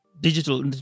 digital